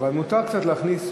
אבל מותר קצת להכניס,